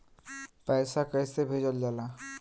पैसा कैसे भेजल जाला?